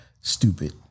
stupid